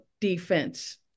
defense